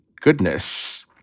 goodness